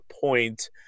point